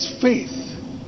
Faith